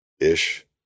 ish